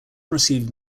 received